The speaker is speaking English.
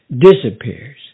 disappears